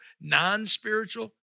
non-spiritual